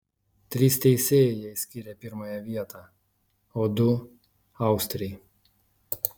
trys teisėjai jai skyrė pirmąją vietą o du austrei